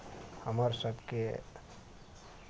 हमर सभकेँ